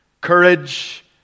courage